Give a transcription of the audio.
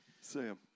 Sam